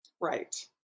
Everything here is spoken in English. Right